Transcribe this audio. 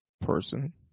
person